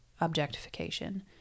objectification